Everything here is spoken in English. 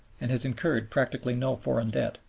and has incurred practically no foreign debt.